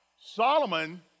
Solomon